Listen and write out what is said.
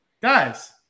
guys